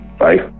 bye